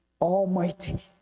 almighty